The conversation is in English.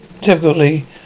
typically